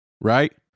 right